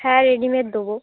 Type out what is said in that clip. হ্যাঁ রেডিমেড দোবো